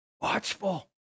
Watchful